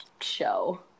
show